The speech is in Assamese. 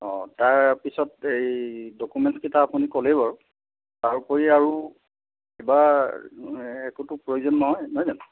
অঁ তাৰ পিছত এই ডকুমেন্টছ কিটা আপুনি ক'লে বাৰু তাৰ উপৰি আৰু কিবা একোটো প্ৰয়োজন নহয় নহয় জানো